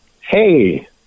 Hey